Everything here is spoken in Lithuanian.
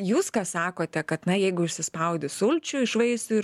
jūs ką sakote kad na jeigu išspaudi sulčių iš vaisių ir